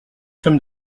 sommes